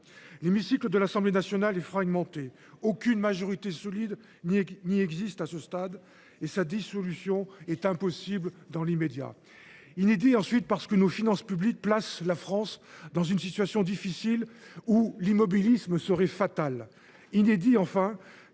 L’hémicycle de l’Assemblée nationale est fragmenté, aucune majorité solide n’y existe à ce stade et sa dissolution est impossible dans l’immédiat. Ensuite, le moment est inédit, parce que les finances publiques placent la France dans une position difficile, où l’immobilisme serait fatal.